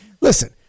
Listen